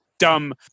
Dumb